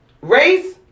race